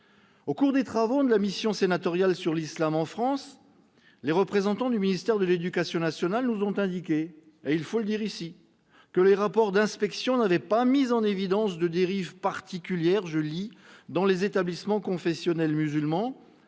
Au cours des travaux de la mission sénatoriale sur l'islam en France, les représentants du ministère de l'éducation nationale nous ont indiqué- il faut le dire ici -que les rapports d'inspection n'ont pas mis en évidence de dérives particulières dans les établissements confessionnels musulmans,